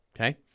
okay